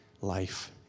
life